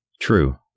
True